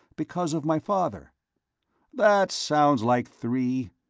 because of my father that sounds like three,